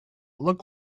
looked